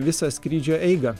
visą skrydžio eigą